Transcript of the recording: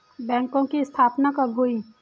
बैंकों की स्थापना कब हुई?